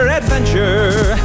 adventure